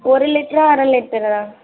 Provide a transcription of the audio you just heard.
ஒரு லிட்டரா அரை லிட்டரா